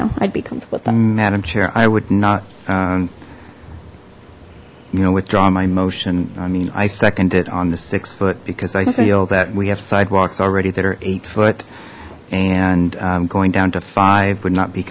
know i'd become with them madam chair i would not you know withdraw my motion i mean i second it on the six foot because i feel that we have sidewalks already that are eight foot and going down to five would not be